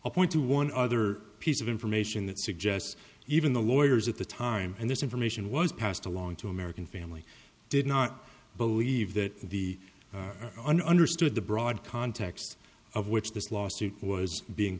a point to one other piece of information that suggests even the lawyers at the time and this information was passed along to american family did not believe that the un understood the broad context of which this lawsuit was being